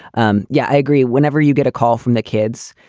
um yeah, i agree. whenever you get a call from the kids,